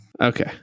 okay